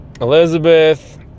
Elizabeth